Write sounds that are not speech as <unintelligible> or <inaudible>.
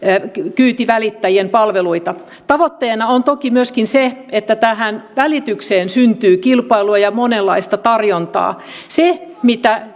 kyytivälittäjien palveluita tavoitteena on toki myöskin se että tähän välitykseen syntyy kilpailua ja monenlaista tarjontaa se mitä <unintelligible>